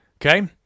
Okay